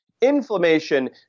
Inflammation